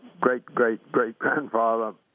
great-great-great-grandfather